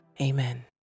Amen